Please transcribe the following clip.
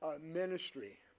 ministry